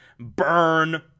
burn